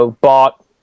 bought